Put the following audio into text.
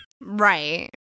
Right